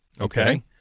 Okay